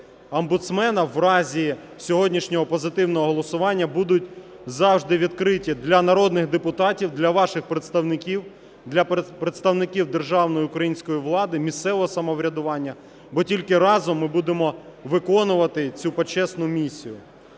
омбудсмена в разі сьогоднішнього позитивного голосування будуть завжди відкрити для народних депутатів, для ваших представників, для представників державної української влади, місцевого самоврядування, бо тільки разом ми будемо виконувати цю почесну місію.